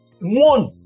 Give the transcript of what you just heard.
one